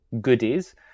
Goodies